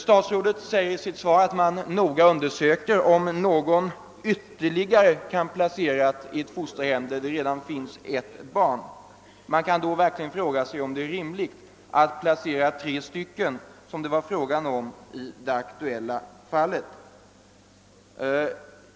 Statsrådet säger i sitt svar att man noga undersöker om någon ytterligare kan placeras i ett fosterhem där det redan finns ett barn. är det då rimligt att placera tre barn på samma ställe, vilket det var fråga om i det aktuella fallet?